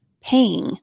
paying